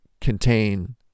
contain